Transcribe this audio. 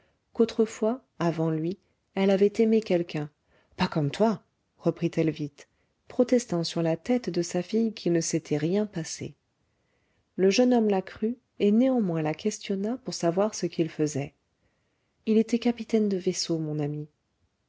qu'autrefois avant lui elle avait aimé quelqu'un pas comme toi reprit-elle vite protestant sur la tête de sa fille qu'il ne s'était rien passé le jeune homme la crut et néanmoins la questionna pour savoir ce qu'il faisait il était capitaine de vaisseau mon ami